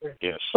Yes